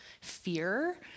fear